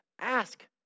ask